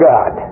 God